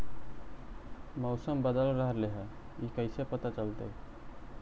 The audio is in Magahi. मौसम बदल रहले हे इ कैसे पता चलतै?